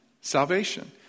salvation